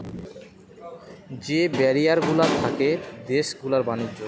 যে ব্যারিয়ার গুলা থাকে দেশ গুলার ব্যাণিজ্য